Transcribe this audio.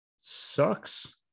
sucks